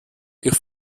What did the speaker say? ich